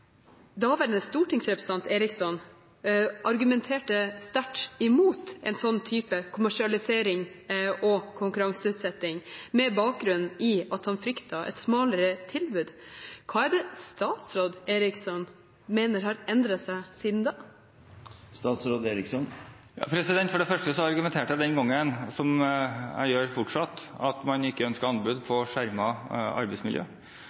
Daværende stortingsrepresentant Eriksson argumenterte sterkt imot en slik type kommersialisering og konkurranseutsetting med bakgrunn i at han fryktet et smalere tilbud. Hva er det statsråd Eriksson mener har endret seg siden da? For det første argumenterte jeg den gangen – som jeg gjør fortsatt – med at man ikke ønsket anbud på skjermet arbeidsmiljø.